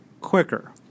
quicker